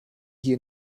hier